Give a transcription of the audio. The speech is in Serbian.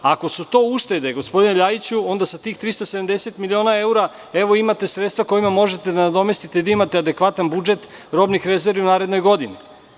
Ako su to uštede, gospodine Ljajiću, onda sa tih 370 miliona evra imate sredstva sa kojima možete da nadomestite da imate adekvatan budžet robnih rezervi u narednoj godini.